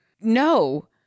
No